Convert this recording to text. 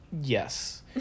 yes